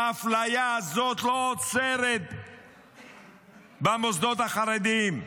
האפליה הזאת לא עוצרת במוסדות החרדיים.